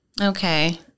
Okay